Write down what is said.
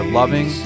loving